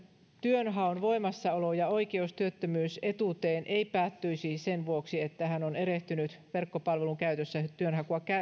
työnhaun voimassaolo ja oikeus työttömyysetuuteen ei päättyisi sen vuoksi että hän on erehtynyt verkkopalvelun käytössä työnhakua